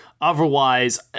otherwise